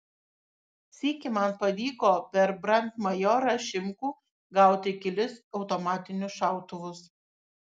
sykį man pavyko per brandmajorą šimkų gauti kelis automatinius šautuvus